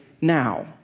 now